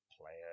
player